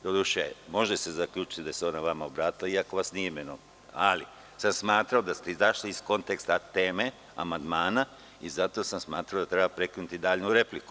Doduše, može se zaključiti da se ona vama obratila, iako vas nije imenovala, ali sam smatrao da ste izašli iz konteksta teme amandmana i zato sam smatrao da treba prekinuti dalju repliku.